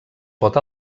pot